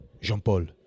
Jean-Paul